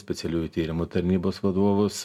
specialiųjų tyrimų tarnybos vadovus